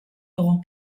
dugu